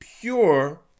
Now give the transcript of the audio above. pure